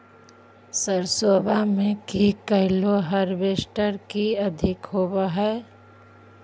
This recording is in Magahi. सरसोबा मे की कैलो हारबेसटर की अधिक होब है?